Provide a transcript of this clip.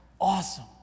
awesome